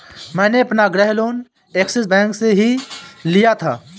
मैंने अपना गृह लोन ऐक्सिस बैंक से ही लिया था